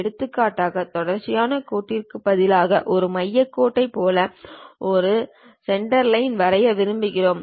எடுத்துக்காட்டாக தொடர்ச்சியான கோட்டிற்கு பதிலாக ஒரு மையக் கோட்டைப் போல ஒரு சென்டர்லைன் வரைய விரும்புகிறோம்